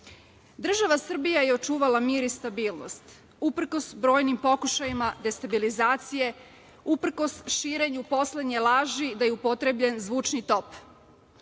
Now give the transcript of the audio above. osudu. Država Srbija je očuvala mir i stabilnost uprkos brojnim pokušajima destabilizacije, uprkos širenju poslednje laži da je upotrebljen zvučni top.